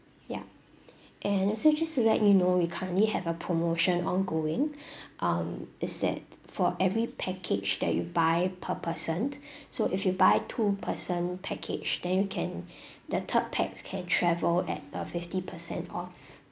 ya and also just to let you know we currently have a promotion ongoing um is that for every package that you buy per person so if you buy two person package then you can the third pax can travel at a fifty percent off